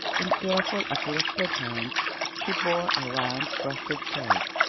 in careful, uplifted hands she bore a round frosted cake,